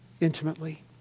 intimately